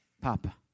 Papa